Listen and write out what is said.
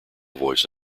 voice